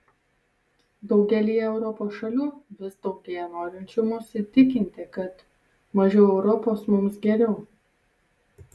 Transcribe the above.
daugelyje europos šalių vis daugėja norinčių mus įtikinti kad mažiau europos mums geriau